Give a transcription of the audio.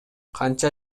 канча